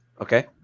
Okay